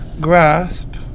grasp